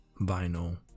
vinyl